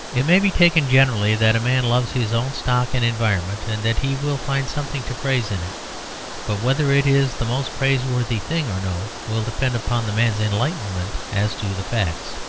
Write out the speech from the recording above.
it may be taken generally that a man loves his own stock and environment, and that he will find something to praise in it but whether it is the most praiseworthy thing or no will depend upon the man's enlightenment as to the facts.